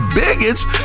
bigots